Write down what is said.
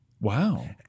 Wow